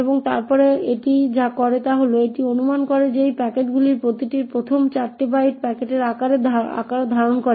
এবং তারপরে এটি যা করে তা হল এটি অনুমান করে যে এই প্যাকেটগুলির প্রতিটির প্রথম 4 বাইট প্যাকেটের আকার ধারণ করে